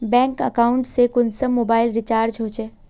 Bank account से कुंसम mobile recharge होचे?